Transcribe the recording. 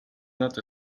not